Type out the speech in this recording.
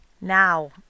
Now